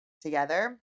together